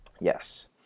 Yes